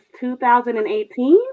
2018